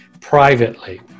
privately